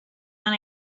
when